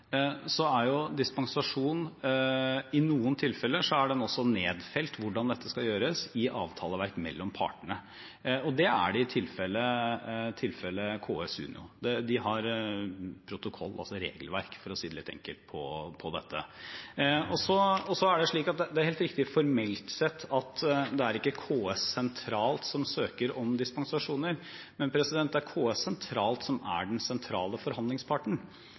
er det når det gjelder dispensasjon, i noen tilfeller nedfelt hvordan dette skal skje, i avtaleverk mellom partene. Det er det i tilfellet KS–Unio. De har protokoll, altså regelverk for å si det litt enkelt, på dette. Det er helt riktig formelt sett at det ikke er KS sentralt som søker om dispensasjoner, men det er KS sentralt som er den sentrale forhandlingsparten.